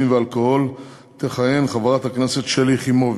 והאלכוהול תכהן חברת הכנסת שלי יחימוביץ,